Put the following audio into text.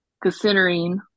Considering